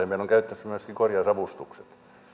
meillä on käytettävissä myöskin korjausavustukset